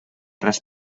tres